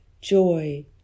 joy